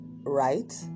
right